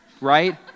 right